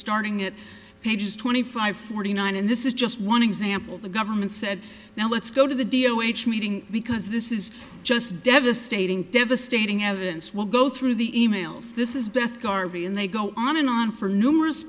starting it pages twenty five forty nine and this is just one example the government said now let's go to the d o h a meeting because this is just devastating devastating evidence will go through the e mails this is beth garvey and they go on and on for numerous